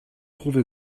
trouve